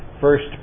First